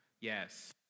Yes